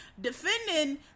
defending